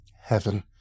heaven